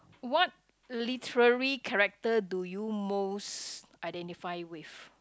what literary character do you most identify with